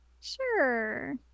Sure